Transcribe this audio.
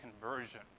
conversion